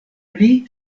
pli